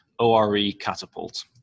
orecatapult